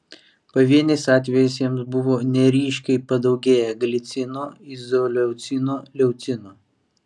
pavieniais atvejais jiems buvo neryškiai padaugėję glicino izoleucino leucino